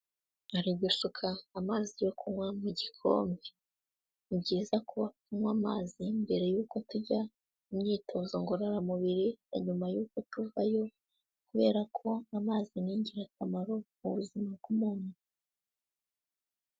Ari gusuka amazi yo kunywa mu gikombe, ni byiza ko tunywa amazi mbere y'uko tujya mu myitozo ngororamubiri na nyuma y'uko tuva yo kubera ko amazi ni ingirakamaro ku buzima bw'umuntu.